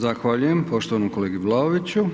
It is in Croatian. Zahvaljujem poštovanom kolegi Vlaoviću.